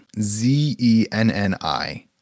Z-E-N-N-I